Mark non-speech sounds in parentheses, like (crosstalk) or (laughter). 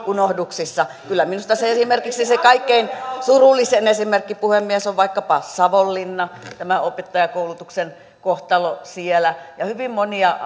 unohduksissa kyllä minusta se kaikkein surullisin esimerkki puhemies on savonlinna tämä opettajankoulutuksen kohtalo siellä hyvin monia (unintelligible)